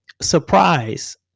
surprise